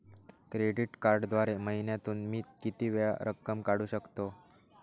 Credit कार्डद्वारे महिन्यातून मी किती वेळा रक्कम काढू शकतो?